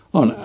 on